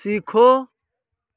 सीखो